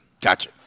Gotcha